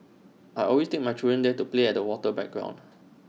I always take my children there to play at the water playground